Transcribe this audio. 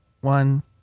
one